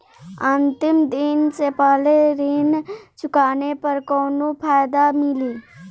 अंतिम दिन से पहले ऋण चुकाने पर कौनो फायदा मिली?